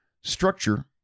Structure